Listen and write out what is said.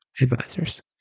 Advisors